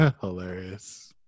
Hilarious